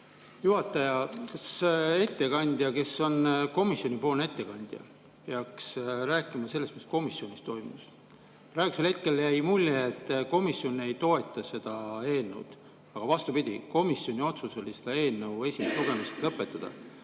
juhataja! Kas ettekandja, kes on komisjonipoolne ettekandja, peaks rääkima sellest, mis komisjonis toimus? Praegusel hetkel jäi mulje, et komisjon ei toeta seda eelnõu. Aga vastupidi, komisjoni otsus oli selle eelnõu esimene lugemine lõpetada.